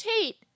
Tate